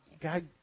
God